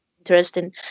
interesting